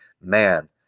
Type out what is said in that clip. man